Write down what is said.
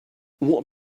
what